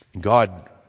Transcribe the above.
God